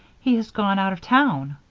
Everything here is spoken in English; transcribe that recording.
he has gone out of town.